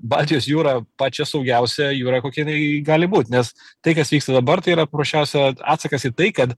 baltijos jūrą pačia saugiausia jūra kokia jinai gali būt nes tai kas vyksta dabar tai yra paprasčiausia atsakas į tai kad